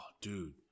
dude